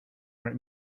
write